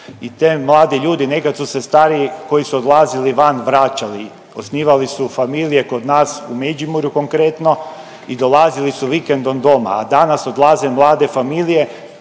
i ti mladi ljudi, nekad su se stariji koji su odlazili van vraćali, osnivali su familije kod nas u Međimurju konkretno i dolazili su vikendom doma, a danas odlaze mlade familije